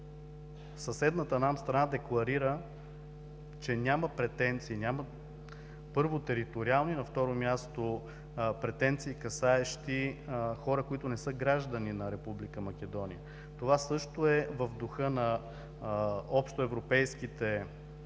съседната нам страна декларира, че няма претенции, няма, първо, териториални и на второ място – претенции, касаещи хора, които не са граждани на Република Македония. Това също е в духа на общоевропейските тенденции